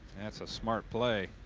that's a smart play.